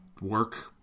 work